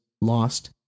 Lost